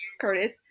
Curtis